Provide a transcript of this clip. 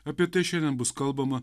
apie tai šiandien bus kalbama